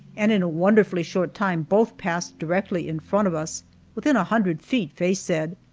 and in a wonderfully short time both passed directly in front of us within a hundred feet, faye said.